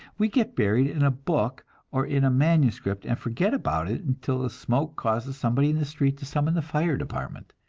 we get buried in a book or in a manuscript, and forget about it until the smoke causes somebody in the street to summon the fire department.